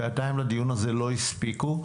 שעתיים לדיון הזה לא הספיקו.